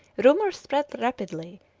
rumours spread rapidly,